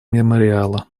мемориала